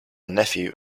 nephew